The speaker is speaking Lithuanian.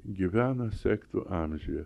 gyvena sektų amžiuje